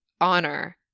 honor